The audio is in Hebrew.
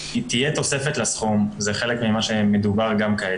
תהיה תוספת לסכום, זה חלק ממה שמדובר גם כעת.